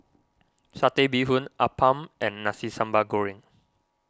Satay Bee Hoon Appam and Nasi Sambal Goreng